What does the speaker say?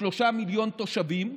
לשלושה מיליון תושבים,